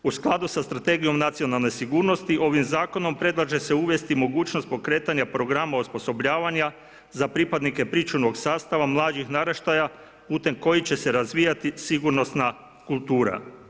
U skladu sa Strategijom nacionalne sigurnosti ovim zakonom predlaže se mogućnost pokretanja programa osposobljavanja za pripadnike pričuvnog sastava mlađeg naraštaja putem kojih će se razvijati sigurnosna kultura.